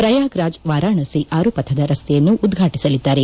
ಪ್ರಯಾಗ್ರಾಜ್ ವಾರಾಣಸಿ ಆರು ಪಥದ ರಸ್ತೆಯನ್ನು ಉದ್ಘಾಟಿಸಲಿದ್ದಾರೆ